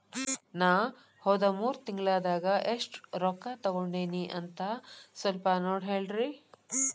ನಾ ಹೋದ ಮೂರು ತಿಂಗಳದಾಗ ಎಷ್ಟು ರೊಕ್ಕಾ ತಕ್ಕೊಂಡೇನಿ ಅಂತ ಸಲ್ಪ ನೋಡ ಹೇಳ್ರಿ